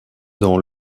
dans